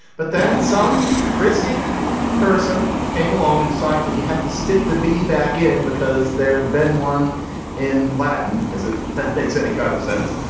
but then some prissy person came along and decided that you had to stick the be back in because there had been one in latin as if that makes any kind of sense.